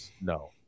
No